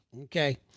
Okay